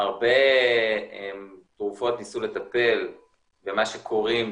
הרבה תרופות ניסו לטפל במה שקוראים